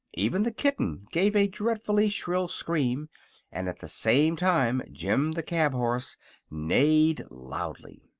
even the kitten gave a dreadfully shrill scream and at the same time jim the cab-horse neighed loudly.